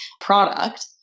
product